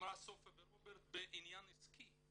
שאמרה סופה ורוברט בעניין עסקי.